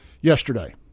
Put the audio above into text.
Yesterday